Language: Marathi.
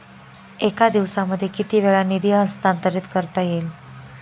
एका दिवसामध्ये किती वेळा निधी हस्तांतरीत करता येईल?